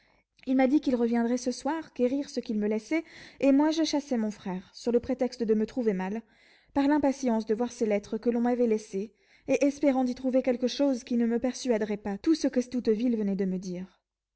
il m'a dit qu'il reviendrait ce soir requérir ce qu'il me laissait et moi je chassai mon frère sur le prétexte de me trouver mal par l'impatience de voir ces lettres que l'on m'avait laissées et espérant d'y trouver quelque chose qui ne me persuaderait pas tout ce qu'estouteville venait de me dire